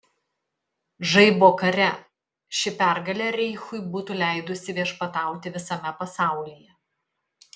žaibo kare ši pergalė reichui būtų leidusi viešpatauti visame pasaulyje